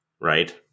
right